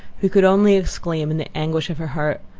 who could only exclaim, in the anguish of her heart,